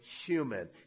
human